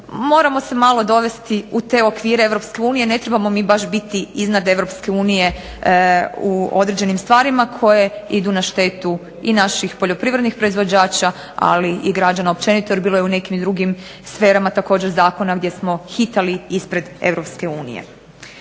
moramo se malo dovesti u te okvire Europske unije, ne trebamo mi baš biti iznad Europske unije u određenim stvarima koje idu na štetu i naših poljoprivrednih proizvođača, ali i građana općenito, jer bilo je u nekim drugim sferama također zakona gdje smo hitali ispred